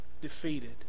defeated